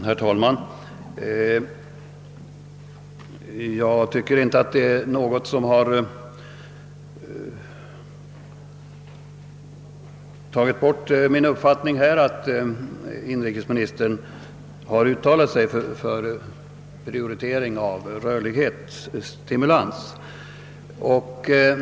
Herr talman! Jag tycker inte att det är något som ändrat min uppfattning att inrikesministern uttalat sig för prioritering av rörlighetsstimulans.